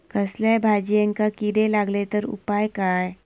कसल्याय भाजायेंका किडे लागले तर उपाय काय?